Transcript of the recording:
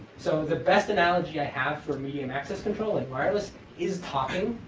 so the best analogy i have for medium access control like wireless is talking.